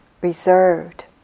reserved